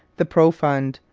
the profond,